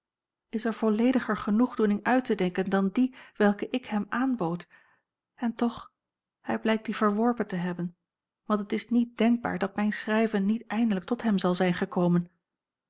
is er vollediger genoegdoening uit te denken dan die welke ik hem aanbood en toch hij blijkt die verworpen te hebben want het is niet denkbaar dat mijn schrijven niet eindelijk tot hem zal zijn gekomen